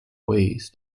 ways